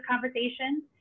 conversation